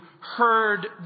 heard